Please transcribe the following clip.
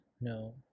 No